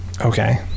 Okay